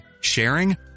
sharing